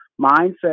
mindset